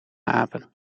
apen